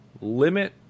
limit